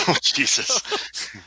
Jesus